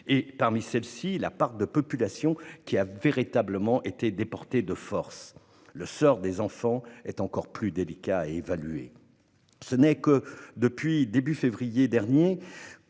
et, parmi celle-ci, la part de la population qui a véritablement été déportée de force. Le sort des enfants est encore plus délicat à évaluer. Ce n'est que depuis février dernier,